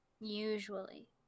usually